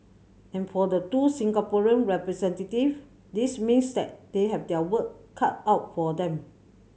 and for the two Singaporean representatives this means that they have their work cut out for them